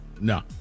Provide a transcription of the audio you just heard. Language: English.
no